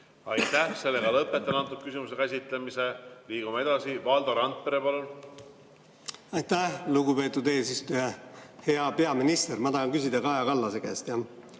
Aitäh! Lõpetan selle küsimuse käsitlemise. Liigume edasi. Valdo Randpere, palun! Aitäh, lugupeetud eesistuja! Hea peaminister! Ma tahan küsida Kaja Kallase käest,